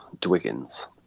Dwiggins